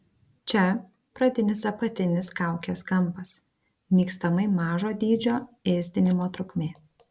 čia pradinis apatinis kaukės kampas nykstamai mažo dydžio ėsdinimo trukmė